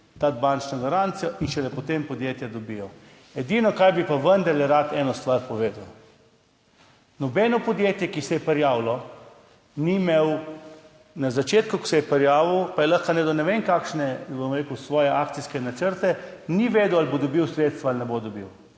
dati bančno garancijo in šele potem podjetja dobijo. Edino, kar bi pa vendarle rad, eno stvar povedal. Nobeno podjetje, ki se je prijavilo, na začetku, ko se je prijavilo, pa je lahko naredilo ne vem kakšne, bom rekel, svoje akcijske načrte, ni vedelo, ali bo dobilo sredstva ali ne bo dobilo.